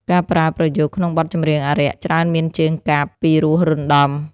ការប្រើប្រយោគក្នុងបទចម្រៀងអារក្ស ច្រើនមានជើងកាព្យពីរោះរណ្ដំ។